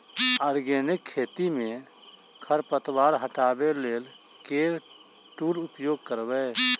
Organic खेती मे खरपतवार हटाबै लेल केँ टूल उपयोग करबै?